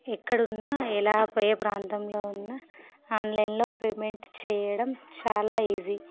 ఎక్కడ ఉన్నా ఎలా ఏ ప్రాంతంలో ఉన్నా ఆన్లైన్లో పేమెంట్ చేయడం చాలా ఈజీ